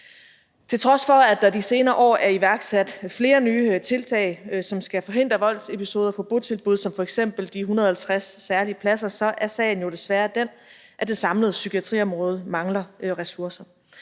Til trods for at der de senere år er iværksat flere nye tiltag, som skal forhindre voldsepisoder på botilbud, som f.eks. de 150 særlige pladser, er sagen jo desværre den, at det samlede psykiatriområde mangler ressourcer.